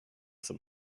some